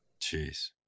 Jeez